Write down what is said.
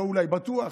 לא אולי, בטוח.